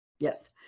yes